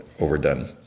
overdone